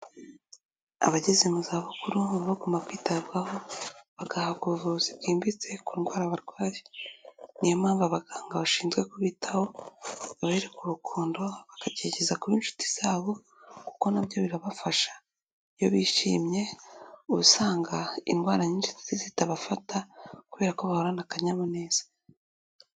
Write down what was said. Abageze mu zabukuru baba bagomba kwitabwaho, bagahabwa ubuvuzi bwimbitse ku ndwara barwaye. Niyo mpamvu abaganga bashinzwe kubitaho, babereka urukundo bakagerageza kuba inshuti zabo kuko na byo birabafasha. Iyo bishimye uba usanga indwara nyinshi zitabafata kubera ko bahorana akanyamuneza.